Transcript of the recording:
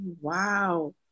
Wow